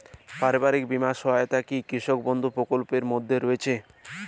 পারিবারিক বীমা সহায়তা কি কৃষক বন্ধু প্রকল্পের মধ্যে রয়েছে?